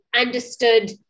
understood